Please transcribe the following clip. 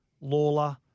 Lawler